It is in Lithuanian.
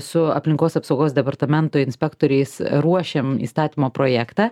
su aplinkos apsaugos departamento inspektoriais ruošiam įstatymo projektą